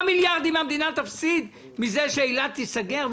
מיליארדים המדינה תפסיד מכך שאילת תיסגר?